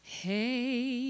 Hey